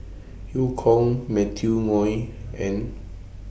EU Kong Matthew Ngui and